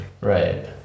Right